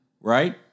right